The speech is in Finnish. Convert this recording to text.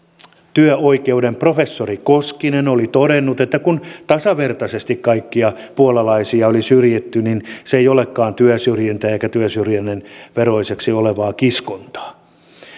työoikeuden professori koskinen oli todennut että kun tasavertaisesti kaikkia puolalaisia oli syrjitty niin se ei olekaan työsyrjintää eikä työsyrjinnän veroista kiskontaa